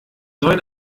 neuen